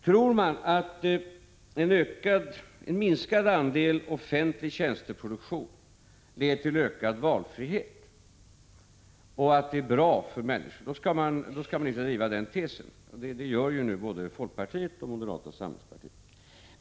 Tror man att en minskad andel offentlig tjänsteproduktion leder till ökad valfrihet och att det är bra för människor, skall man naturligtvis driva tesen om den privata tjänstesektorns expansion — det gör nu både folkpartiet och moderata samlingspartiet.